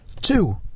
two